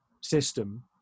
system